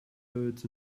birds